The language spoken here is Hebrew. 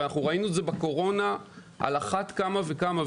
וראינו את זה בקורונה על אחת כמה וכמה,